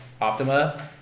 Optima